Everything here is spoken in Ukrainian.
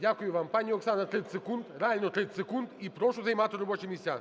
Дякую вам. Пані Оксана, 30 секунд. Реально 30 секунд. І прошу займати робочі місця.